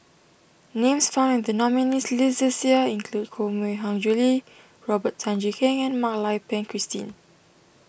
names found in the nominees' list this year include Koh Mui Hiang Julie Robert Tan Jee Keng and Mak Lai Peng Christine